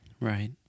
Right